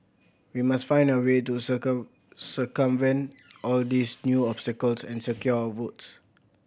we must find a way to circumvent all these new obstacles and secure our votes